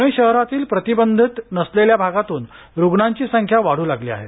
प्णे शहरातील प्रतिबंधित नसलेल्या भागातून रुग्णांची संख्या वाढू लागली आहे